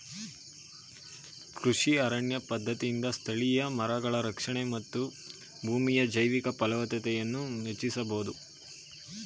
ಕೃಷಿ ಅರಣ್ಯ ಪದ್ಧತಿಯಿಂದ ಸ್ಥಳೀಯ ಮರಗಳ ರಕ್ಷಣೆ ಮತ್ತು ಭೂಮಿಯ ಜೈವಿಕ ಫಲವತ್ತತೆಯನ್ನು ಹೆಚ್ಚಿಸಬೋದು